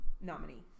nominee